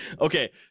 okay